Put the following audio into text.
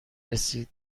رسید